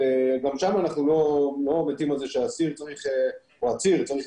גם שם אנחנו לא מתים על זה שהאסיר או עציר צריך